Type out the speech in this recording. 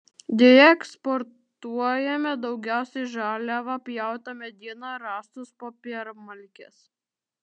deja eksportuojame daugiausiai žaliavą pjautą medieną rąstus popiermalkes